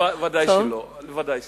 ודאי שלא.